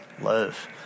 love